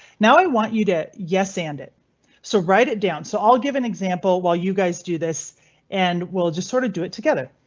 now i want you to yes and it so write it down. so i'll give an example while you guys do this and will just sort of do it together.